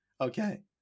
Okay